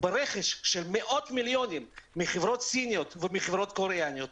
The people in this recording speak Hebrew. ברכש של מאות מיליונים מחברות סיניות ומחברות קוריאניות,